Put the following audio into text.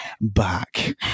back